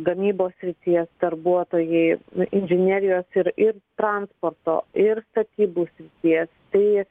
gamybos srities darbuotojai inžinerijos ir ir transporto ir statybų srities tai